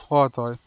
সোৱাদ হয়